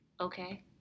Okay